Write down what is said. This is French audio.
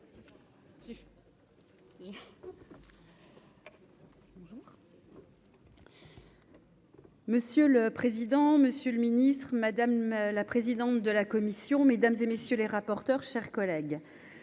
Monsieur le président, Monsieur le Ministre, madame la présidente de la commission, mesdames et messieurs les rapporteurs, chers collègues,